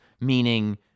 meaning